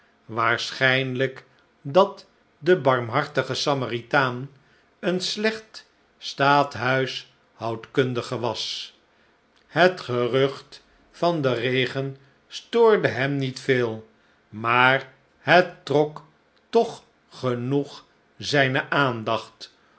waarschijnlijk dat de barmhartige samaritaan een slecht staathuishoudkundige was het gerucht van den regen stoorde hem niet veel maar het trok toch genoeg zijne aandacht